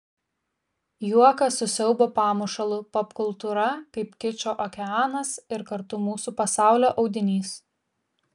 juokas su siaubo pamušalu popkultūra kaip kičo okeanas ir kartu mūsų pasaulio audinys